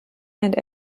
and